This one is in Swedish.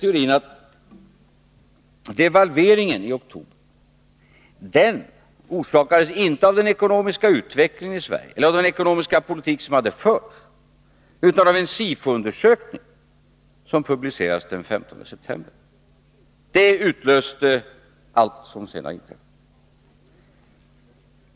Den säger att devalveringen i oktober inte orsakades av den ekonomiska utvecklingen i Sverige och den ekonomiska politik som hade förts, utan den orsakades av en SIFO-undersökning som publicerades den 15 september. Detta utlöste allt som senare hände.